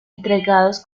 entregados